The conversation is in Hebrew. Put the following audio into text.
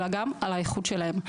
אלא גם על האיכות שלהם.